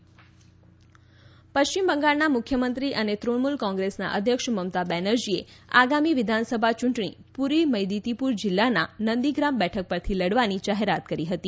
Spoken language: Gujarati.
પશ્ચિમ બંગાળ સીએમ પશ્ચિમ બંગાળના મુખ્યમંત્રી અને તૃણમૂલ કોંગ્રેસના અધ્યક્ષ મમતા બેનર્જીએ આગામી વિધાનસભા ચૂંટણી પૂર્વી મૈદિતીપૂર જિલ્લાના નંદીગ્રામ બેઠક પરથી લડવાની આજે જાહેરાત કરી હતી